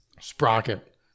sprocket